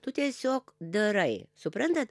tu tiesiog darai suprantat